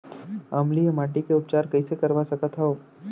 अम्लीय माटी के उपचार कइसे करवा सकत हव?